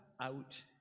out